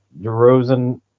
DeRozan